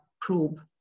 probe